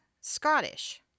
Scottish